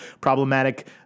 problematic